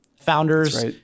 founders